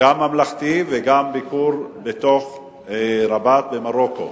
גם ממלכתי וגם ביקור ברבאט במרוקו.